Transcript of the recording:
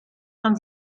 man